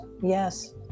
Yes